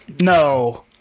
No